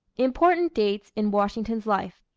important dates in washington's life